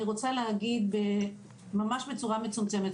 אני רוצה להגיד, ממש בצורה מצומצמת.